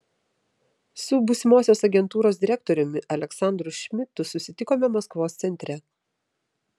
su būsimosios agentūros direktoriumi aleksandru šmidtu susitikome maskvos centre